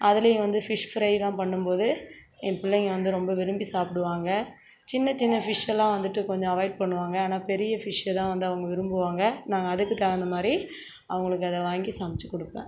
அதுலேயும் வந்து ஃபிஷ் ஃப்ரைலாம் பண்ணும் போது என் பிள்ளைங்க வந்து ரொம்ப விரும்பி சாப்பிடுவாங்க சின்ன சின்ன ஃபிஷ் எல்லாம் வந்துட்டு கொஞ்சம் அவாய்ட் பண்ணுவாங்க ஆனால் பெரிய ஃபிஷ்ஷை தான் வந்து அவங்க விரும்புவாங்க நான் அதுக்கு தகுந்த மாதிரி அவங்களுக்கு அதை வாங்கி சமைத்து கொடுப்பேன்